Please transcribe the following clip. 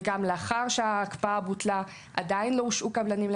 וגם לאחר שההקפאה בוטלה עדיין לא הושעו קבלנים.